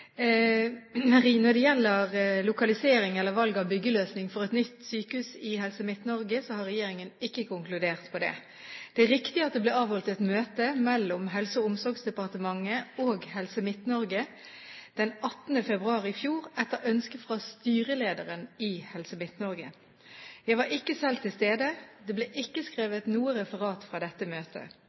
Når det gjelder lokalisering eller valg av byggeløsning for et nytt sykehus i Helse Midt-Norge, så har regjeringen ikke konkludert på det. Det er riktig at det ble avholdt et møte mellom Helse- og omsorgsdepartementet og Helse Midt-Norge den 18. februar i fjor, etter ønske fra styrelederen i Helse Midt-Norge. Jeg var ikke selv til stede. Det ble ikke skrevet noe referat fra dette møtet.